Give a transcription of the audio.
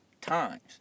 times